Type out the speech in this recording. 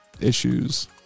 issues